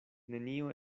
nenio